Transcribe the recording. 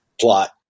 plot